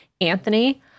Anthony